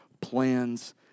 plans